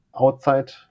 outside